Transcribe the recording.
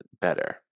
better